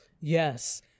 Yes